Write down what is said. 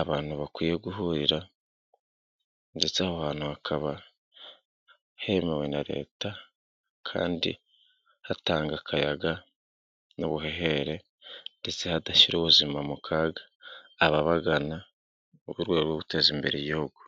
abantu bakwiye guhurira ndetse aho hantu hakaba hemewe na Leta kandi hatanga akayaga n'ubuhere ndetse hadashyira ubuzima mu kaga, ababagana mu rwego rwo guteza imbere igihugu.